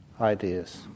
ideas